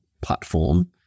platform